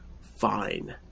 Fine